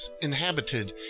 Inhabited